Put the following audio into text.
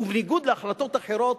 ובניגוד להחלטות אחרות,